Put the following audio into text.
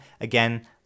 Again